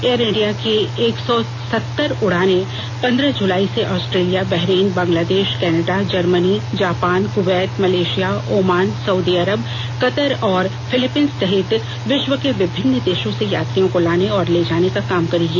air India की एक सौ सत्तर उड़ाने पंद्रह जुलाई से Australia Bahrain Bangladesh Canada Germany Japan Kuwait Malaysia Oman Saudi Arab Qatar और फिलिपिंस सहित विश्व के विभिन्न देशों से यात्रियों को लाने और लेजाने का काम करेगी